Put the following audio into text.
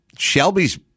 Shelby's